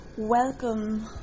Welcome